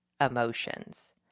emotions